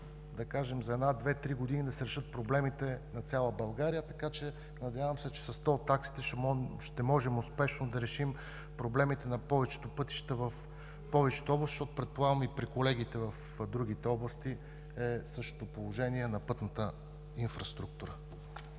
за една, две, три години да се решат проблемите на цяла България. Надявам се, че с тол таксите ще можем успешно да решим проблемите на повечето пътища в повечето области. Предполагам и при колегите в другите области положението на пътната инфраструктура